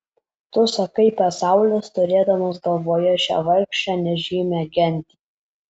tu sakai pasaulis turėdamas galvoje šią vargšę nežymią gentį